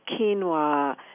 quinoa